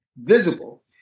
visible